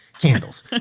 Candles